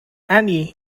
annie